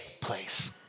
place